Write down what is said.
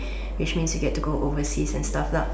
which means you get to go overseas and stuff lah